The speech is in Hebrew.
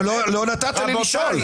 לא נתת לי לשאול.